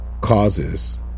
causes